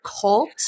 cult